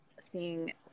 seeing